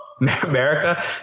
America